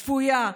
שפויה,